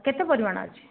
କେତେ ପରିମାଣ ଅଛି